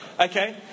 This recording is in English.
Okay